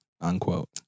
Unquote